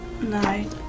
No